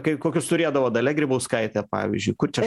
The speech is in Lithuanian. kai kokius turėdavo dalia grybauskaitė pavyzdžiui kur čia